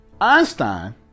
einstein